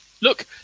Look